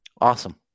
Awesome